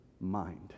mind